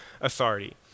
authority